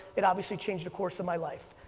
it obviously changed the course of my life.